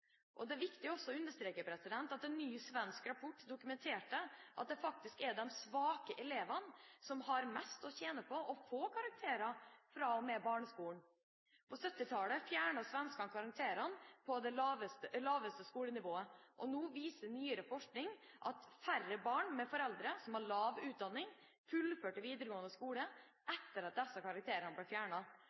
Det er også viktig å understreke at en ny svensk rapport dokumenterer at det faktisk er de svake elevene som har mest å tjene på å få karakterer fra og med barneskolen. På 1970-tallet fjernet svenskene karakterene på det laveste skolenivået. Nå viser nyere forskning at færre barn med foreldre som har lav utdanning fullførte videregående skole etter at disse karakterene ble